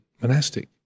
monastic